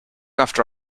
after